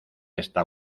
está